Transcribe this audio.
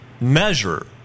measure